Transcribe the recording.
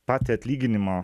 patį atlyginimą